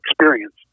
experience